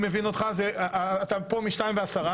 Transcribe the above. (מ/1469),